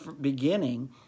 beginning